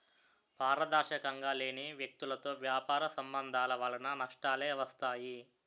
పారదర్శకంగా లేని వ్యక్తులతో వ్యాపార సంబంధాల వలన నష్టాలే వస్తాయి